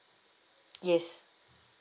yes